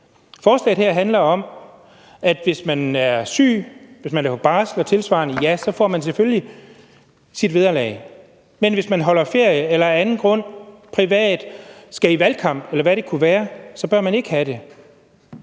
Forslaget her handler om, at hvis man er syg, hvis man er på barsel eller tilsvarende, så får man selvfølgelig sit vederlag. Men hvis man holder ferie eller har andre private grunde, skal i valgkamp, eller hvad det kunne være, bør man ikke have det.